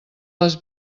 les